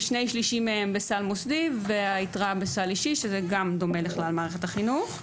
כ-2/3 מהם בסל מוסדי והיתרה בסל אישי שזה גם דומה לכלל מערכת החינוך.